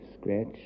scratch